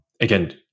Again